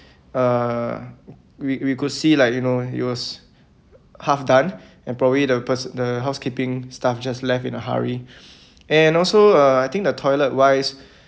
uh we we could see like you know it was half done and probably the pers~ the housekeeping staff just left in a hurry and also uh I think the toilet wise